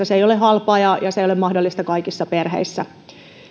se ole mahdollista ihan kaikissa perheissä